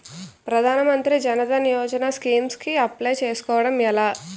ప్రధాన మంత్రి జన్ ధన్ యోజన స్కీమ్స్ కి అప్లయ్ చేసుకోవడం ఎలా?